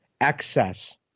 excess